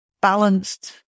balanced